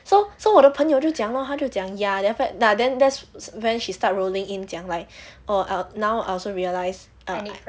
so so 我的朋友就讲 lor 他就讲 ya then after that then that's when she start rolling in 讲 like oh err now I also realise I